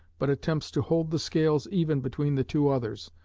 but attempts to hold the scales even between the two others,